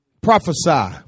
Prophesy